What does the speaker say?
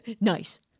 nice